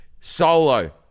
solo